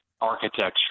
architecture